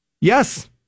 Yes